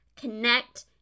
connect